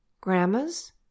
Grandmas